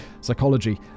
psychology